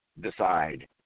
decide